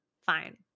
fine